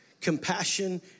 compassion